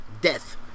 Death